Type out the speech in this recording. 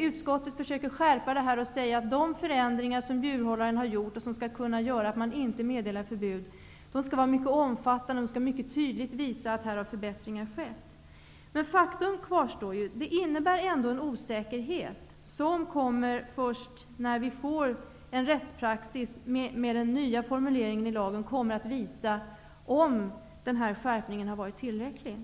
Utskottet försöker skärpa denna skrivning och säger, att de förändringar som djurhållaren har gjort, och som skall kunna medföra att man inte meddelar förbud, skall vara mycket omfattande. Det skall tydligt visas att förbättringar har skett. Faktum kvarstår: Detta innebär en osäkerhet som kommer att försvinna först när vi får rättspraxis som grundar sig på den nya formuleringen i lagen. Först då visar det sig om denna skärpning har varit tillräcklig.